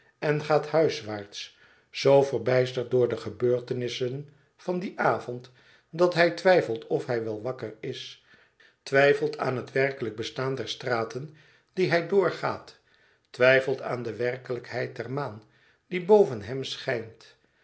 en gaat huiswaarts zoo verbijsterd door de gebeurtenissen van dien avond dat hij twijfelt of hij wel wakker is twijfelt aan het werkelijk bestaan der straten die hij doorgaat twijfelt aan de werkelijkheid der maan die boven hem schijnt